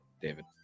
David